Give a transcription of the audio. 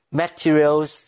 materials